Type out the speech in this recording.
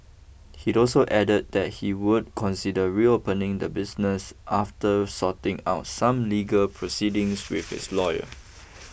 he also added that he would consider reopening the business after sorting out some legal proceedings with his lawyer